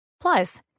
Plus